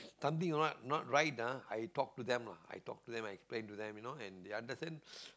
something not not right ah I talk to them lah I talk to them I explain to them you know and they understand